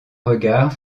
regard